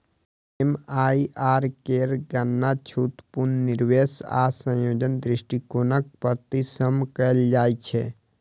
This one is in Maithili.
एम.आई.आर.आर केर गणना छूट, पुनर्निवेश आ संयोजन दृष्टिकोणक पद्धति सं कैल जाइ छै